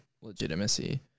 legitimacy